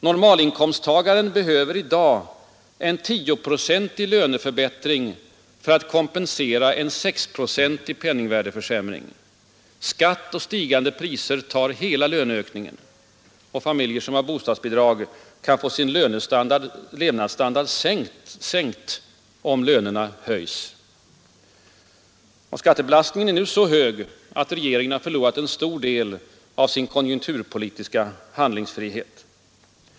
Normalinkomsttagaren behöver i dag en tioprocentig löneförbättring för att kompensera en sexprocentig penningvärdeförsämring. Skatt och stigande priser tar hela löneökningen. Familjer som har bostadsbidrag kan få sin levnadsstandard sänkt, om lönerna höjs. Skattebelastningen är nu så hög att regeringen har förlorat en stor del av sin konjunkturpolitiska handlingsfrihet.